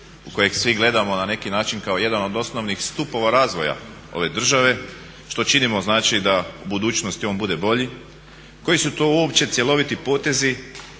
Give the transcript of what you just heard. u kojeg svi gledamo na neki način kao jedan od osnovnih stupova razvoja ove države što činimo da u budućnosti on bude bolji, koji su to uopće cjeloviti potezi